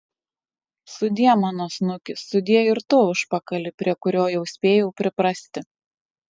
sudie mano snuki sudie ir tu užpakali prie kurio jau spėjau priprasti